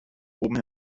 oben